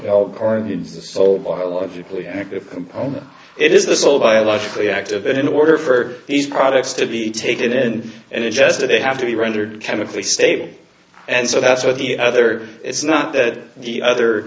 the soul biologically active component it is this all biologically active and in order for these products to be taken and and ingested they have to be rendered chemically stable and so that's what the other it's not that the other